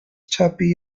tuppy